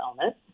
illness